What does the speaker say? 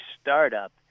startup